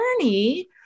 journey